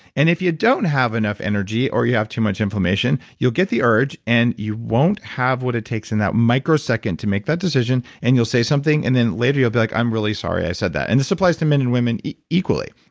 and if you don't have enough energy or you have too much inflammation, you'll get the urge, and you won't have what it takes in that microsecond to make that decision, and you'll say something. and then, later, you'll be like, i'm really sorry i said that. and this applies to men and women equally.